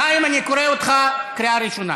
חיים, אני קורא אותך קריאה ראשונה.